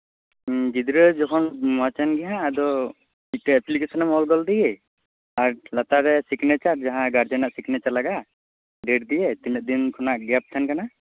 ᱜᱤᱫᱽᱨᱟᱹ ᱡᱚᱠᱷᱚᱱ ᱢᱚᱪᱮᱱ ᱜᱮ ᱦᱟᱸᱜ ᱟᱫᱚ ᱢᱤᱫᱴᱮᱱ ᱮᱯᱞᱤᱠᱮᱥᱚᱱ ᱮᱢ ᱚᱞᱜᱚᱫ ᱟᱫᱮᱜᱤ ᱟᱨ ᱞᱟᱛᱟᱨ ᱨᱮ ᱥᱤᱜᱽᱱᱮᱪᱟᱨ ᱡᱟᱦᱟᱸ ᱜᱟᱨᱡᱮᱱᱟᱜ ᱥᱤᱜᱽᱱᱮᱪᱟᱨ ᱞᱟᱜᱟᱜᱼᱟ ᱰᱮᱹᱴ ᱫᱤᱭᱮ ᱛᱤᱱᱟᱹᱜ ᱫᱤᱱ ᱠᱷᱚᱱᱟᱜ ᱜᱮᱯ ᱛᱟᱦᱮᱸ ᱠᱟᱱᱟ